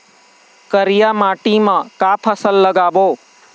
करिया माटी म का फसल लगाबो?